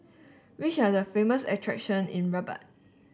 which are the famous attractions in Rabat